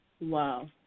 Wow